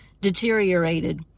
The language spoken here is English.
deteriorated